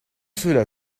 cela